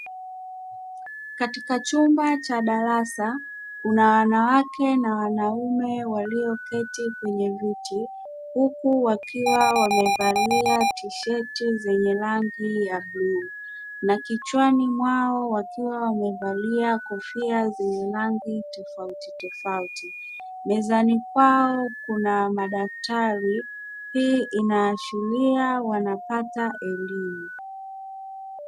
Katika chumba cha darasa kuna wanawake na wanaume walioketi kwenye viti huku wakiwa wamevalia tisheti zenye rangi ya bluu, na kichwani mwao wakiwa wamevalia kofia zenye rangi tofautitofauti mezani kwao kuna madaftari hii inaashiria wanapata elimu.